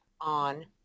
on